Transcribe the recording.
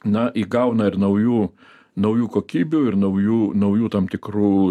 na įgauna ir naujų naujų kokybių ir naujų naujų tam tikrų